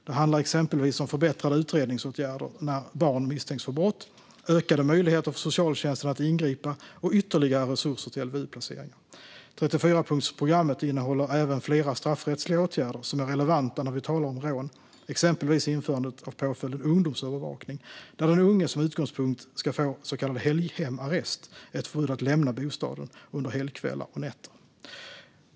Det handlar exempelvis om förbättrade utredningsåtgärder när barn misstänks för brott, ökade möjligheter för socialtjänsten att ingripa och ytterligare resurser till LVU-placeringar. 34-punktsprogrammet innehåller även flera straffrättsliga åtgärder som är relevanta när vi talar om rån, exempelvis införandet av påföljden ungdomsövervakning, där den unge som utgångspunkt ska få så kallad helghemarrest, ett förbud att lämna bostaden under helgkvällar och helgnätter.